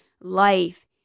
life